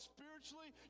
Spiritually